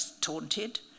taunted